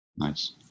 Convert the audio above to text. Nice